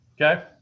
Okay